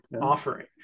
offering